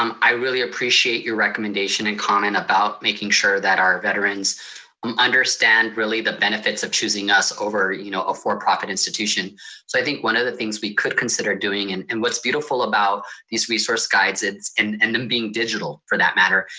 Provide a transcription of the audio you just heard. um i really appreciate your recommendation and comment about making sure that our veterans um understand really the benefits of choosing us over you know a for profit institution. so i think one of the things we could consider doing, and and what's beautiful about these resource guides it's and and them being digital for that matter,